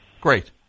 Great